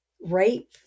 rape